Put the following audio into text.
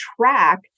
track